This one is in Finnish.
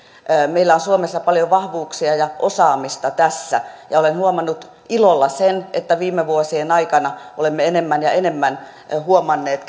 meillä on suomessa paljon vahvuuksia ja osaamista tässä olen huomannut ilolla sen että viime vuosien aikana olemme enemmän ja enemmän huomanneet